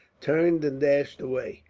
turned and dashed away,